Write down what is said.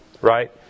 right